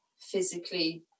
physically